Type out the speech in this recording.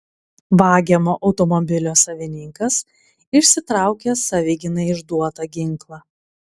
vagiamo automobilio savininkas išsitraukė savigynai išduotą ginklą